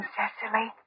Cecily